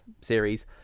series